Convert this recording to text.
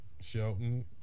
Shelton